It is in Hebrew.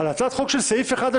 על הצעת חוק של סעיף אחד,